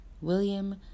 William